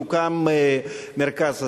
יוקם מרכז כזה.